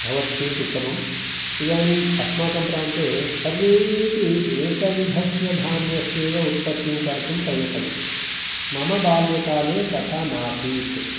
भवति चेत् उत्तमम् इदानीम् अस्माकं प्रान्ते सर्वेऽपि एकविधस्य धान्यस्यैव उत्पत्तिं कर्तुं प्रयतन्ते मम बाल्यकाले तथा नासीत्